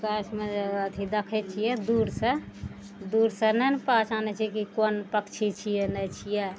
गाछमे अथी देखय छियै दूरसँ दूरसँ नहि ने पहचानय छियै कि कोन पक्षी छियै नहि छियै